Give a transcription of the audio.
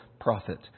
prophet